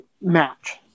match